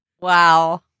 Wow